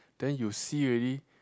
then you see already